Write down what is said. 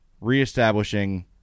reestablishing